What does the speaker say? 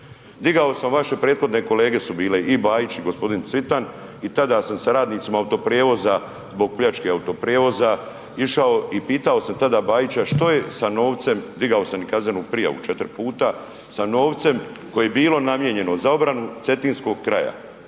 Digao sam vaše prethodne kolege su bile i Bajić i gospodin Cvitan i tada sam sa radnicima Autoprijevoza zbog pljačke Autoprijevoza išao i pitao sam tada Bajića što je sa novcem, digao sam i kaznenu prijavu četiri puta, sa novcem koji je bilo namijenjeno za obranu cetinskog kraja.